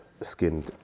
skinned